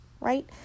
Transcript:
right